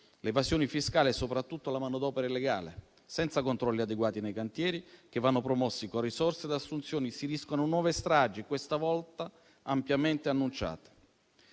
l'evasione fiscale e soprattutto la manodopera illegale. Senza controlli adeguati nei cantieri, che vanno promossi con risorse ad assunzioni, si rischiano nuove stragi, questa volta ampiamente annunciate.